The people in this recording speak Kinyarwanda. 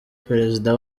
perezida